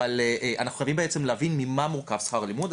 אבל אנחנו חייבים בעצם להבין ממה מורכב שכר הלימוד,